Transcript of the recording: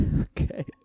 Okay